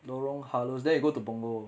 lorong halus then you go to punggol